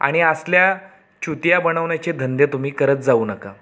आणि असल्या चुतीया बनवण्याचे धंदे तुम्ही करत जाऊ नका